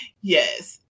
Yes